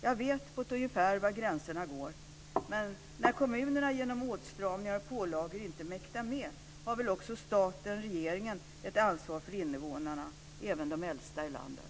Jag vet på ett ungefär var gränserna går. Men när kommunerna genom åtstramningar och pålagor inte mäktar med har väl också staten och regeringen ett ansvar för invånarna, även de äldsta i landet.